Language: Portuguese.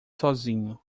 sozinho